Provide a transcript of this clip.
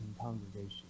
congregation